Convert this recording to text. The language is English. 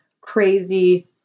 crazy